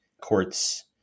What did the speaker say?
courts